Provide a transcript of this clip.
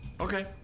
Okay